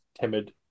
timid